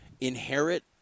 inherit